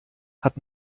hat